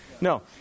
No